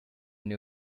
new